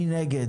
מי נגד?